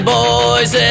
boys